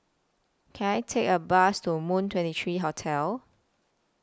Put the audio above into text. Can I Take A Bus to Moon twenty three Hotel